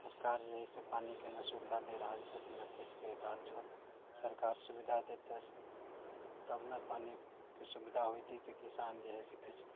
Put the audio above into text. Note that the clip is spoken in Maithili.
सरकार जे है से पानिके न सुविधा दे रहल छथि न कुछ कय रहल छथि सरकार सुविधा दैते तब न पानिके सुविधा होइते तऽ किसान जे है से किछु